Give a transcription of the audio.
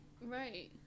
right